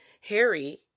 Harry